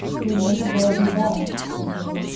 they might well be that, said he.